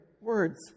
words